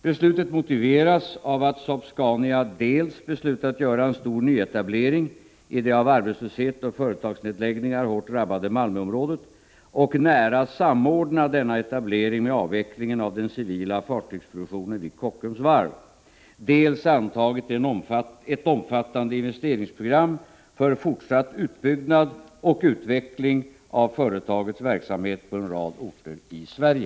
Beslutet motiveras av att Saab-Scania dels beslutat göra en stor nyetablering i det av arbetslöshet och företagsnedläggningar hårt drabbade Malmöområdet och nära samordna denna etablering med avvecklingen av den civila fartygsproduktionen vid Kockums varv, dels antagit ett omfattande investeringsprogram för fortsatt utbyggnad och utveckling av företagets verksamhet på en rad orter i Sverige.